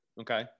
Okay